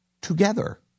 together